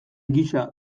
gisa